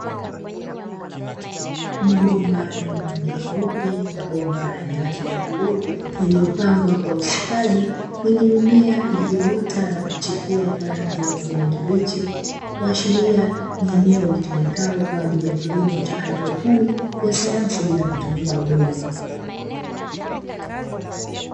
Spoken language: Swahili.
Mabomba yenye rangi nyeupe na bomba lenye rangi ya bluu, yaliyopangwa kwa ustadi; yenye mimea iliyoota na kuchipua kwa rangi ya kijani kibichi. Kuashiria ni eneo litumikalo kwa ajili ya kilimo cha haidroponi ya sayansi bila kutumia udongo.